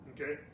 Okay